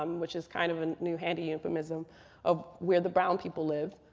um which is kind of a new handy euphemism of where the brown people live.